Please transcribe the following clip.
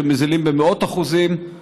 כשמוזילים במאות אחוזים, הדבר,